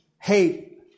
hate